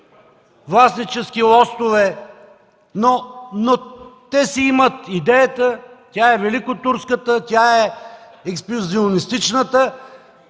властнически лостове, но те си имат идеята – тя е великотурската, тя е експанзионистичната,